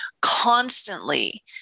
constantly